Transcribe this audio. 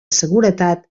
seguretat